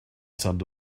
send